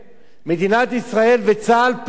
מדינת ישראל, וצה"ל פועל,